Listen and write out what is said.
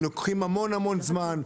לוקחים המון המון זמן,